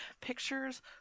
pictures